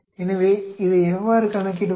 எனவே இதை எவ்வாறு கணக்கிடுவது